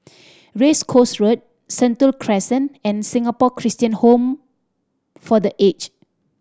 Race Course Road Sentul Crescent and Singapore Christian Home for The Aged